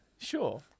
Sure